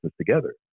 together